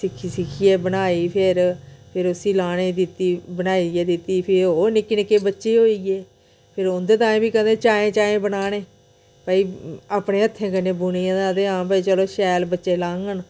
सिक्खी सिक्खियै बनाई फिर फिर उसी लाने दित्ती बनाइयै दित्ती फेर होर निक्के निक्के बच्चे होई गे फिर उंदे ताएं बी कदें चाएं चाएं बनाने भाई अपने हत्थें कन्नै बुने दे ते हां फ्ही चलो शैल बच्चे लाङन